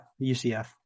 UCF